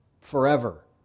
forever